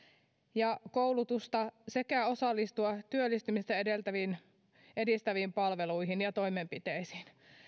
ja koulutusta sekä osallistua työllistymistä edistäviin palveluihin ja ja toimenpiteisiin